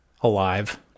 alive